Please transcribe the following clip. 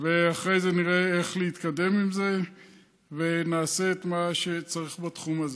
ואחרי זה נראה איך להתקדם עם זה ונעשה את מה שצריך בתחום הזה.